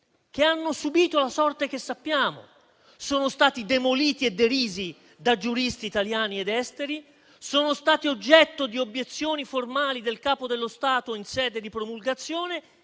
che hanno subito la sorte che conosciamo. Tali provvedimenti sono stati demoliti e derisi da giuristi italiani ed esteri, sono stati oggetto di obiezioni formali del Capo dello Stato in sede di promulgazione